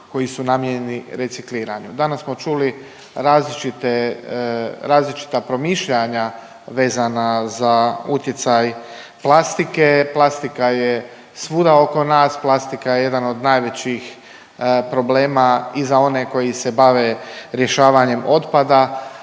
koji su namijenjeni recikliranju. Danas smo čuli različite, različita promišljanja vezana za utjecaj plastike. Plastika je svuda oko nas, plastika je jedan od najvećih problema i za one koji se bave rješavanjem otpada